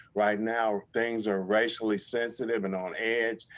right now things are racially sensitive and on edge,